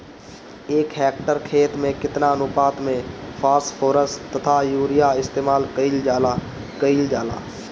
एक हेक्टयर खेत में केतना अनुपात में फासफोरस तथा यूरीया इस्तेमाल कईल जाला कईल जाला?